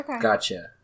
Gotcha